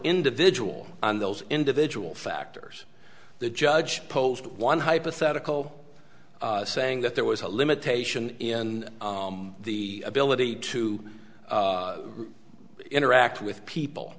individual on those individual factors the judge posed one hypothetical saying that there was a limitation in the ability to interact with people